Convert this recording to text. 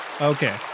Okay